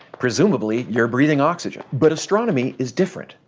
presumably, you're breathing oxygen. but astronomy is different.